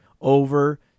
over